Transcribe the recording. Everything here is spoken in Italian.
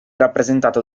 rappresentato